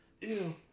Ew